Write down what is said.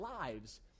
lives